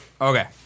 Okay